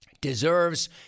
deserves